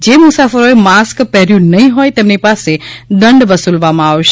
જે મુસાફરોએ માસ્ક પહેર્યુ નહીં હોય તેમની પાસે દંડ વસૂલવામાં આવશે